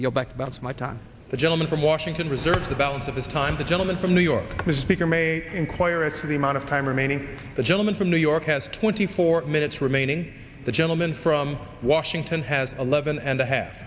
you know back about my time the gentleman from washington reserves the balance of the time the gentleman from new york was speaker may inquire as to the amount of time remaining the gentleman from new york has twenty four minutes remaining the gentleman from washington has eleven and a half